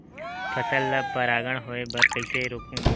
फसल ल परागण होय बर कइसे रोकहु?